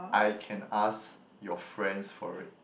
I can ask your friends for it